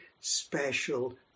special